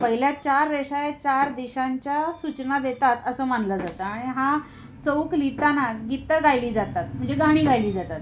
पहिल्या चार रेषा या चार दिशांच्या सूचना देतात असं मानलं जातं आणि हा चौक लिहिताना गीतं गायली जातात म्हणजे गाणी गायली जातात